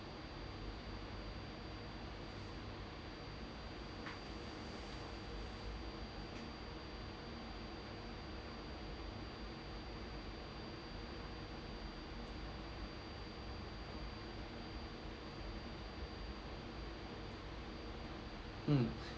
mm